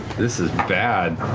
this is bad.